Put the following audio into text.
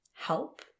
Help